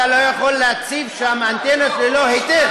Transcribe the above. אתה לא יכול להציב שם אנטנות ללא היתר.